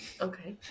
okay